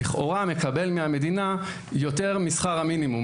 מכיניסט מקבל מהמדינה יותר משכר המינימום,